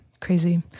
Crazy